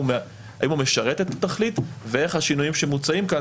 משרת את התכלית ואיך השינויים שמוצעים כאן,